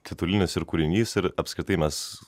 titulinis ir kūrinys ir apskritai mes